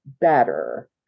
better